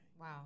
Wow